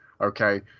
Okay